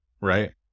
right